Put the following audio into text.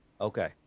Okay